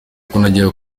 kuzagera